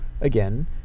again